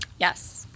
Yes